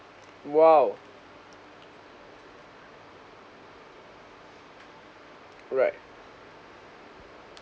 !wow! right